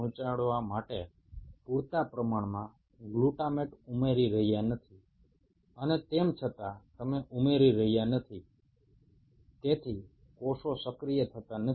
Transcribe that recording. তোমাদেরকে সতর্ক থাকতে হবে যে এই গ্লুটামেটের পরিমাণ যেন যথেষ্ট হয় যাতে কোষগুলোর কোনো ক্ষতি না হয় আবার এই পরিমাণ খুব কমও যেন না হয় যাতে কোষগুলো সক্রিয় হয়ে উঠতে না পারে